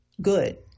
good